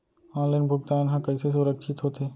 Online भुगतान हा कइसे सुरक्षित होथे?